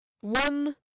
one